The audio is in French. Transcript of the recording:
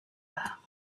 rares